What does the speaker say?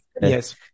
Yes